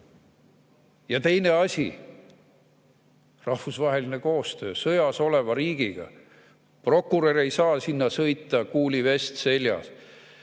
Ja teine asi: rahvusvaheline koostöö sõjas oleva riigiga. Prokurör ei saa sinna sõita, kuulivest seljas.